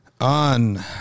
On